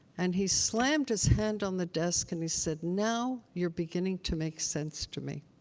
and he slammed his hand on the desk and he said, now, you're beginning to make sense to me.